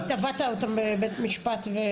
תבעת אותם בבית משפט.